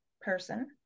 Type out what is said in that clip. person